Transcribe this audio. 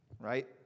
right